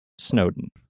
snowden